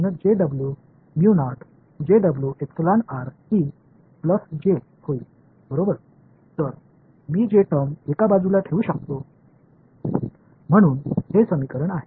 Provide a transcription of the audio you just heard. எனவே நான் என்ன செய்ய முடியும் என்றாள் j வெளிப்பாட்டை ஒரு பக்கத்தில் வைத்திருக்கலாம் எனவே இந்த சமன்பாட்டை பின்பற்றும்